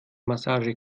massage